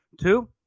two